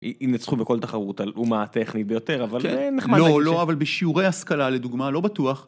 אם נצחו בכל תחרות על אומה הטכנית ביותר, אבל נחמד. לא, לא, אבל בשיעורי השכלה, לדוגמה, לא בטוח.